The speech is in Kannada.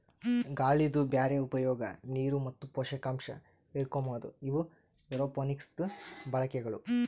ಗಾಳಿದು ಬ್ಯಾರೆ ಉಪಯೋಗ, ನೀರು ಮತ್ತ ಪೋಷಕಾಂಶ ಹಿರುಕೋಮದು ಇವು ಏರೋಪೋನಿಕ್ಸದು ಬಳಕೆಗಳು